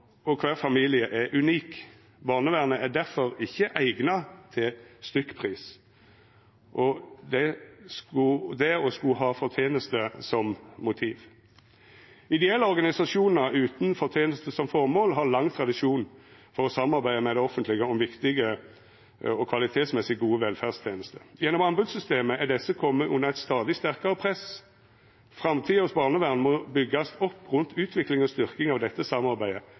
og kvar familie er unik. Barnevernet er difor ikkje eigna til stykkpris og det å skulla ha forteneste som motiv. Ideelle organisasjonar utan forteneste som formål har lang tradisjon for å samarbeida med det offentlege om viktige og kvalitetsmessig gode velferdstenester. Gjennom anbodssystemet er desse komne under eit stadig sterkare press. Framtidas barnevern må byggjast opp rundt utvikling og styrking av dette samarbeidet